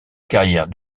carrière